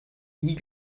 nie